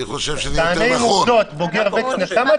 תענה עם עובדות, בוגר וקסנר.